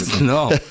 No